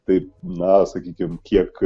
taip na sakykim kiek